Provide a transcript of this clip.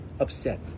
upset